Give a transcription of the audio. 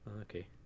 okay